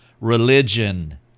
religion